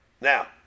Now